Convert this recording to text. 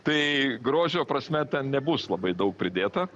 tai grožio prasme ten nebus labai daug pridėta